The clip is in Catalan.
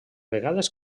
vegades